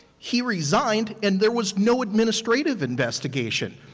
he resigned and there was no administrative investigation.